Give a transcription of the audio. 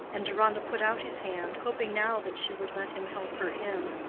and deronda put out his hand, hoping now that she would let him help her in.